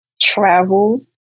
travel